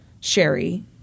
Sherry